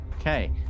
Okay